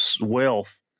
wealth